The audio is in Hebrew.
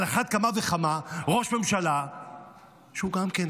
על אחת כמה וכמה ראש ממשלה שגם כן,